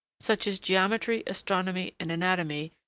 such as geometry, astronomy, and anatomy,